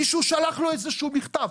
מישהו שלח לו איזה שהוא מכתב.